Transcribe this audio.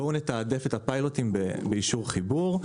בואו נתעדף את הפיילוטים באישור חיבור.